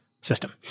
system